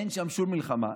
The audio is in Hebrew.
אין שם שום מלחמה.